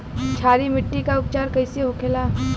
क्षारीय मिट्टी का उपचार कैसे होखे ला?